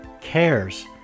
cares